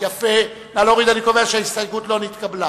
אני קובע שההסתייגות לסעיף 8 לא נתקבלה.